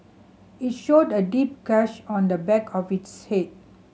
it showed a deep gash on the back of his head